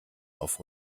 auf